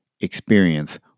experience